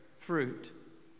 fruit